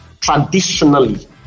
traditionally